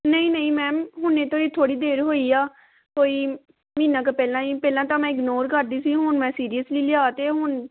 ਨਹੀਂ ਨਹੀਂ ਮੈਮ ਹੁਣੇ ਤੋਂ ਹੀ ਥੋੜ੍ਹੀ ਦੇਰ ਹੋਈ ਆ ਕੋਈ ਮਹੀਨਾ ਕੁ ਪਹਿਲਾਂ ਹੀ ਪਹਿਲਾਂ ਤਾਂ ਮੈਂ ਇਗਨੋਰ ਕਰਦੀ ਸੀ ਹੁਣ ਮੈਂ ਸੀਰੀਅਸਲੀ ਲਿਆ ਅਤੇ ਹੁਣ